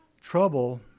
Trouble